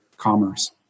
commerce